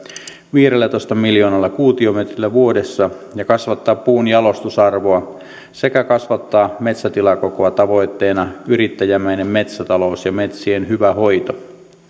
viidellätoista miljoonalla kuutiometrillä vuodessa ja kasvattaa puun jalostusarvoa sekä kasvattaa metsätilakokoa tavoitteena yrittäjämäinen metsätalous ja metsien hyvä hoito